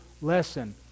lesson